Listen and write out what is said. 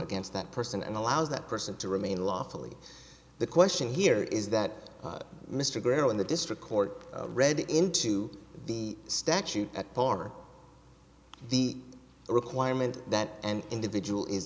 against that person and allows that person to remain lawfully the question here is that mr grunow in the district court read into the statute at par the requirement that an individual is